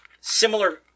similar